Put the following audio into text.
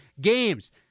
games